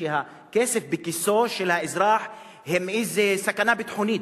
שהכסף בכיסו של האזרח הוא איזה סכנה ביטחונית,